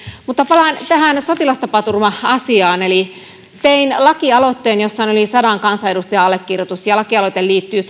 mutta palaan tähän sotilastapaturma asiaan tein lakialoitteen jossa on yli sadan kansanedustajan allekirjoitus ja lakialoite liittyy